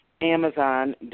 Amazon